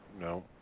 No